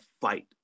fight